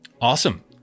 awesome